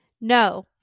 No